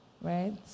right